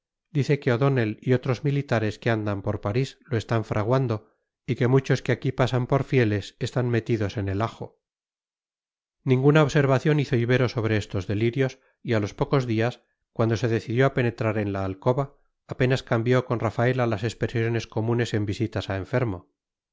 dice que o'donnell y otros militares que andan por parís lo están fraguando y que muchos que aquí pasan por fieles están metidos en el ajo ninguna observación hizo ibero sobre estos delirios y a los pocos días cuando se decidió a penetrar en la alcoba apenas cambió con rafaela las expresiones comunes en visitas a enfermo